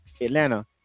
Atlanta